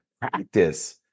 practice